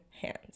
hands